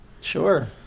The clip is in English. sure